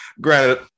Granted